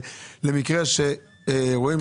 כדי שאם,